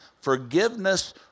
forgiveness